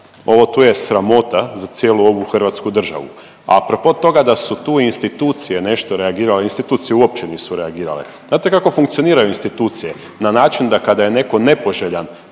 ovo tu je sramota za cijelu ovu Hrvatsku državu. A propo toga da su tu institucije nešto reagirale, institucije uopće nisu reagirale. Znate kako funkcioniraju institucije na način kada je neko nepoželjan